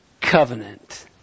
covenant